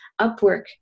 Upwork